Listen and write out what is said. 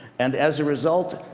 and as a result,